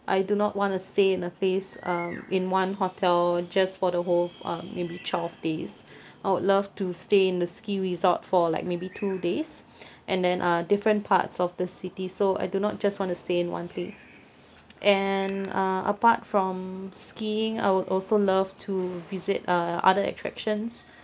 I do not want to stay in a place um in one hotel just for the whole um maybe twelve days I would love to stay in the ski resort for like maybe two days and then uh different parts of the city so I do not just want to stay in one place and uh apart from skiing I would also love to visit uh other attractions